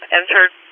entered